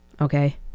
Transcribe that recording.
okay